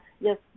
yes